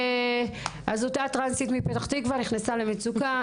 אז אותה טרנסית מפתח תקווה נכנסה למצוקה,